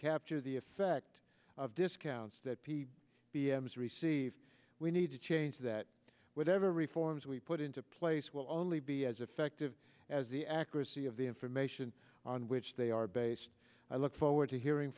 capture the effect of discounts that p b m's received we need to change that whatever reforms we put into place will only be as effective as the accuracy of the information on which they are based i look forward to hearing